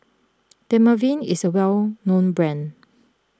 Dermaveen is a well known brand